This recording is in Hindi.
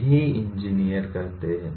यही इंजीनियर करते हैं